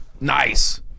nice